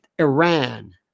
Iran